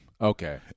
Okay